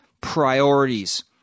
priorities